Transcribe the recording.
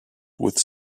with